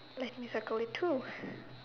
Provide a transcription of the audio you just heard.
let me circle it too